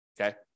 okay